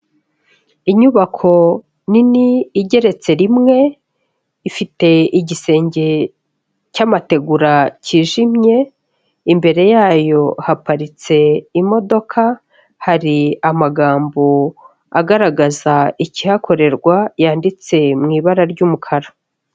Inyubako nini igeretse rimwe, ifite igisenge cy'amategura cyijimye, imbere yayo haparitse imodoka, hari amagambo agaragaza ikihakorerwa, yanditse mu ibara ry'umukara.